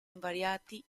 invariati